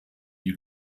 die